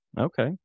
Okay